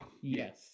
Yes